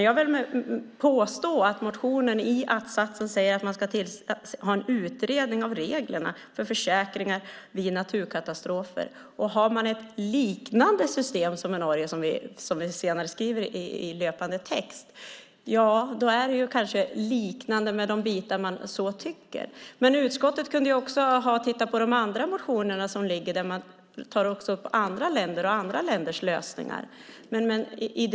Jag vill påstå att det i motionens att-sats framgår att det ska tillsättas en utredning av reglerna för försäkringar vid naturkatastrofer. Med ett liknande system som i Norge, som framkommer i löptexten, kan det kanske vara de bitar man tycker om. Utskottet kunde också ha tittat på andra motioner där även andra länders lösningar tas upp.